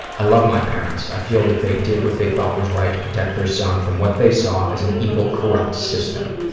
i love my parents. i feel that they did what they thought was right to protect their son from what they saw as an evil, corrupt system.